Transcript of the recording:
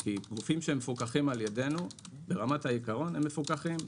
כי גופים שמפוקחים על-ידינו ברמת העיקרון הם מפוקחים.